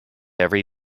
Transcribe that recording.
every